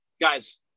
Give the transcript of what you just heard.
guys